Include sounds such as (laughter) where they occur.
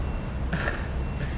(laughs)